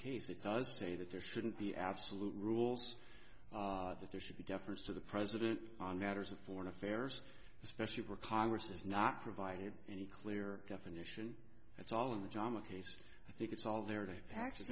case it does say that there shouldn't be absolute rules that there should be deference to the president on matters of foreign affairs especially where congress has not provided any clear definition it's all in the drama case i think it's all the